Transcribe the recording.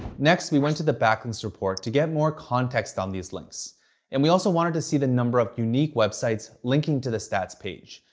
next, we went to the backlinks report to get more context on these links and we also wanted to see the number of unique websites linking to the stats page,